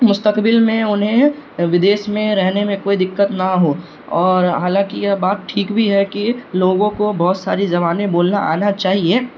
مستقبل میں انہیں ودیش میں رہنے میں کوئی دقت نہ ہو اور حالانکہ یہ بات ٹھیک بھی ہے کہ لوگوں کو بہت ساری زبانیں بولنا آنا چاہیے